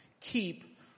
keep